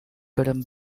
button